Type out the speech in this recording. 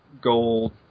gold